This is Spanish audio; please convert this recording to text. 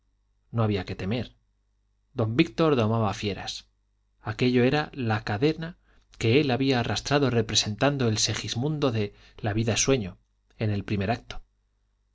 no había que temer don víctor domaba fieras aquello era la cadena que él había arrastrado representando el segismundo de la vida es sueño en el primer acto